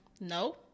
No